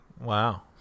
wow